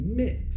mix